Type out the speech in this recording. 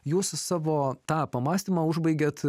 jūs savo tą pamąstymą užbaigėte